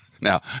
Now